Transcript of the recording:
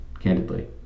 candidly